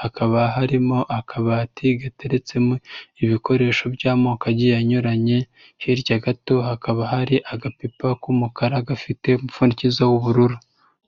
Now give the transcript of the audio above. hakaba harimo akabati gateretsemo ibikoresho by'amoko agiye anyuranye, hirya gato hakaba hari agapipa k'umukara gafite umupfundikizo w'ubururu.